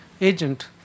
agent